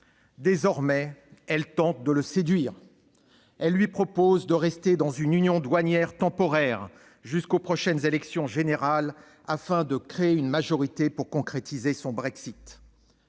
Désormais, elle tente de le séduire. Elle lui propose de rester dans une union douanière temporaire jusqu'aux prochaines élections générales afin de créer une majorité pour concrétiser son Brexit.